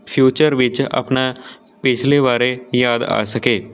future ਵਿੱਚ ਆਪਣਾ ਪਿਛਲੇ ਬਾਰੇ ਯਾਦ ਆ ਸਕੇ